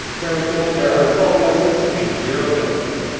chair mcmillan there are twelve yeses and zero nos.